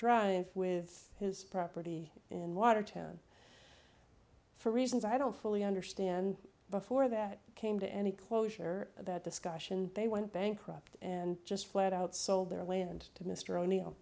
if with his property in watertown for reasons i don't fully understand before that came to any closure of that discussion they went bankrupt and just flat out sold their land to mr o'neil